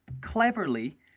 cleverly